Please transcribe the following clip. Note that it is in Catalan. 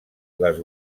les